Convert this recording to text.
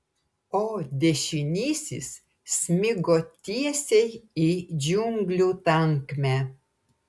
o dešinysis smigo tiesiai į džiunglių tankmę